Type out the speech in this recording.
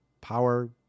power